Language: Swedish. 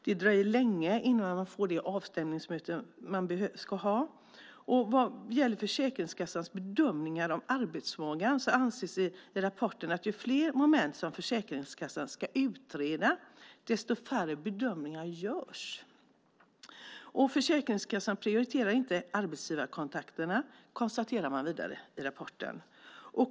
Det dröjer länge innan man får det avstämningsmöte man ska ha. Vad gäller Försäkringskassans bedömningar av arbetsförmågan anges i rapporten att ju fler moment som Försäkringskassan ska utreda, desto färre bedömningar görs. Försäkringskassan prioriterar inte arbetsgivarkontakterna, konstaterar man vidare i rapporten.